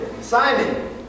Simon